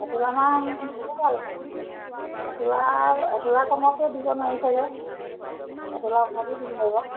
এতোলামান দিলে ভাল হ'ব এতোলাৰ এতোলা কমতটো দিব নোৱাৰি চাগৈ এতোলাৰ ওপৰতে দিব লাগিব